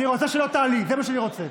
אני רוצה שלא תעלי, זה מה שאני רוצה,